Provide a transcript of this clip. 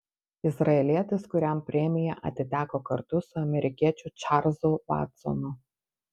izraelietis kuriam premija atiteko kartu su amerikiečiu čarlzu vatsonu